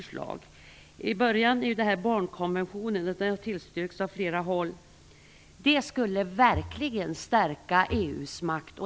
En barnombudsman skulle verkligen, och det tillstyrks från flera håll, stärka EU:s makt.